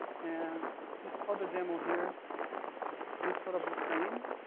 and this other demo here does sort of the same,